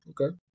okay